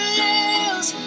lose